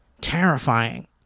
Terrifying